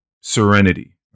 serenity